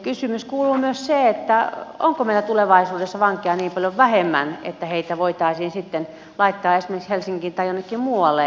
kysymys kuuluu myös että onko meillä tulevaisuudessa vankeja niin paljon vähemmän että heitä voitaisiin sitten laittaa esimerkiksi helsinkiin tai jonnekin muualle